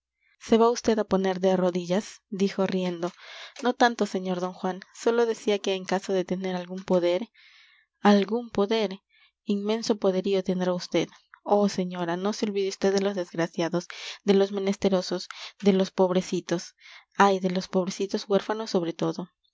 se va vd a poner de rodillas dijo riendo no tanto sr d juan sólo decía que en caso de tener algún poder algún poder inmenso poderío tendrá usted oh señora no se olvide vd de los desgraciados de los menesterosos de los pobrecitos ay de los pobrecitos huérfanos sobre todo